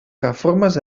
reformes